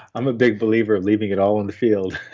i'm a big believer of leaving it all on the field,